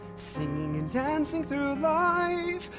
singing and dancing through life?